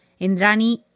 Indrani